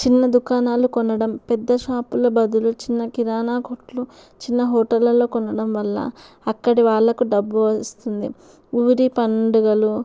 చిన్న దుకాణాలు కొనడం పెద్ద షాపుల బదులు చిన్న కిరాణా కొట్లు చిన్న హోటళ్లల్లో కొనడం వల్ల అక్కడి వాళ్ళకు డబ్బు వస్తుంది ఊరి పండుగలు